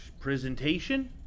presentation